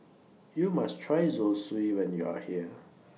YOU must Try Zosui when YOU Are here